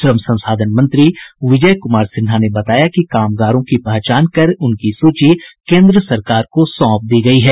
श्रम संसाधन मंत्री विजय कुमार सिन्हा ने बताया कि कामगारों की पहचान कर उनकी सूची केन्द्र सरकार को सौंप दी गयी है